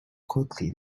quickly